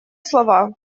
слова